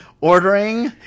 ordering